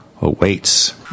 awaits